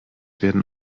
werden